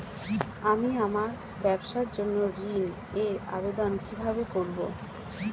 আমি আমার ব্যবসার জন্য ঋণ এর আবেদন কিভাবে করব?